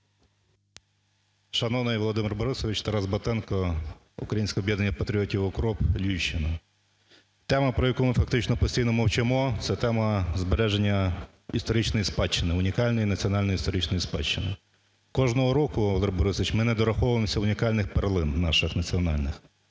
Шановний Володимир Борисович! Тарас Батенко, Українське об'єднання патріотів "УКРОП", Львівщина. Тема, про яку ми фактично постійно мовчимо, - це тема збереження історичної спадщини, унікальної національної історичної спадщини. Кожного року, Володимире Борисовичу, ми не дораховуємося унікальних перлин наших національних.